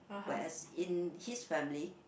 whereas in his family